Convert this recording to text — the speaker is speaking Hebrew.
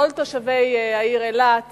כל תושבי העיר אילת